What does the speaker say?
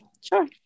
Sure